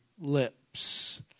lips